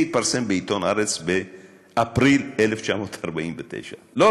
זה התפרסם בעיתון הארץ באפריל 1949. לא